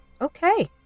Okay